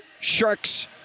Sharks